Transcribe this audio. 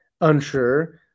unsure